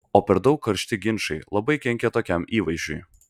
o per daug karšti ginčai labai kenkia tokiam įvaizdžiui